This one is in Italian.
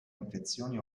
infezioni